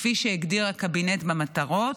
כפי שהגדיר הקבינט במטרות,